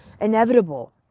inevitable